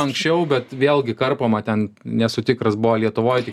anksčiau bet vėlgi karpoma ten nesu tikras buvo lietuvoj